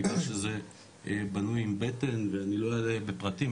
בעיקר שזה בנוי עם בטן ואני לא אלאה בפרטים,